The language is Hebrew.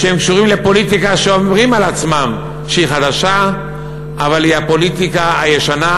שקשורים לפוליטיקה שאומרים על עצמם שהיא חדשה אבל היא הפוליטיקה הישנה,